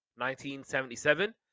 1977